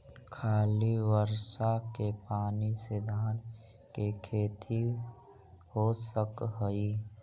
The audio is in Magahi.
खाली बर्षा के पानी से धान के खेती हो सक हइ?